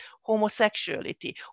homosexuality